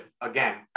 Again